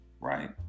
right